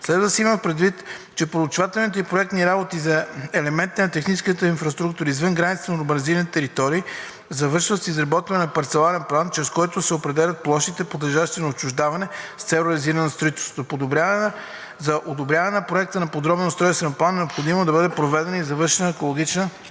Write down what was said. Следва да се има предвид, че проучвателните и проектните работи за елементите на техническата инфраструктура извън границите на урбанизираните територии завършват с изработване на парцеларен план, чрез който се определят площите, подлежащи на отчуждаване с цел реализиране на строителството. За одобряване проекта на подробния устройствен план е необходимо да бъде проведена и завършена екологичната